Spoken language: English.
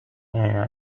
area